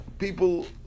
people